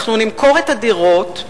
אנחנו נמכור את הדירות.